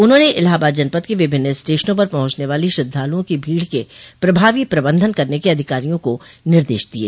उन्होंने इलाहाबाद जनपद के विभिन्न स्टेशनों पर पहुंचने वाली श्रद्धालुओं की भीड़ के प्रभावी प्रबंधन करने के अधिकारियों को निर्देश दिये